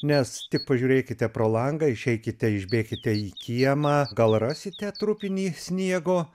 nes tik pažiūrėkite pro langą išeikite išbėkite į kiemą gal rasite trupinį sniego